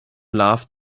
love